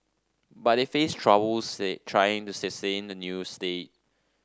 but they face troubles trying to sustain the new state